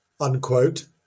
unquote